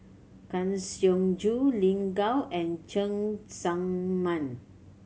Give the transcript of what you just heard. Kang Siong Joo Lin Gao and Cheng Tsang Man